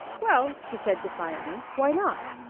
well, she said defiantly, why not?